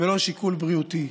ולא שיקול בריאותי,